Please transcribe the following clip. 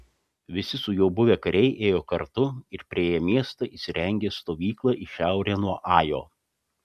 visi su juo buvę kariai ėjo kartu ir priėję miestą įsirengė stovyklą į šiaurę nuo ajo